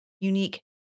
unique